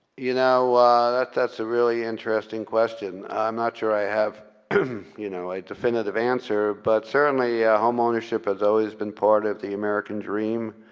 you know that's that's a really interesting question. i'm not sure i have you know a definitive answer, but certainly home ownership has always been apart of the american dream.